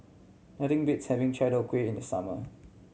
nothing beats having Chai Tow Kuay in the summer